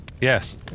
Yes